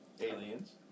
Aliens